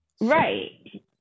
Right